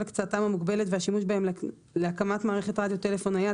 הקצאתם המוגבלת והשימוש בהם להקמת מערכת רדיו טלפון נייד,